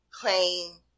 playing